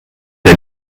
der